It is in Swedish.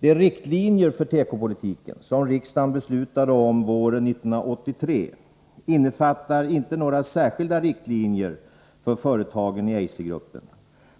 De riktlinjer för tekopolitiken som riksdagen beslutade om våren 1983 innefattar inte några särskilda riktlinjer för företagen i Eisergruppen.